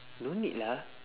don't need lah